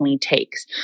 takes